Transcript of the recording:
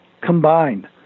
combined